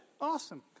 awesome